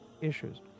issues